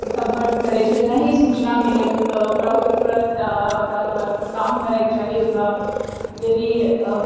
सम्पर्क करै छै अही सूचना मिले तऽ ओकर तुरन्त ओकरापर काम करैके चाही ओकरा लेल ई